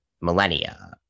millennia